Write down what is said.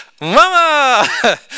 Mama